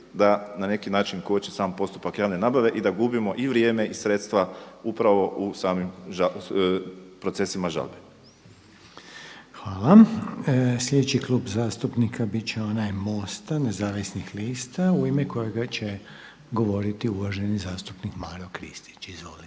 da na neki način koče sam postupak javne nabave i da gubimo i vrijeme, i sredstva upravo u samim procesima žalbe. **Reiner, Željko (HDZ)** Hvala. Sljedeći klub zastupnika bit će Mosta nezavisnih lista u ime kojega će govoriti uvaženi zastupnik Maro Kristić. Izvolite.